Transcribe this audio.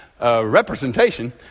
representation